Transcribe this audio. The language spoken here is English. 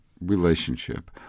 relationship